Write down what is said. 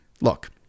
Look